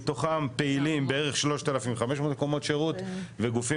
מתוכם פעילים בערך 3,500 מקומות שירות וגופים